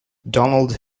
donald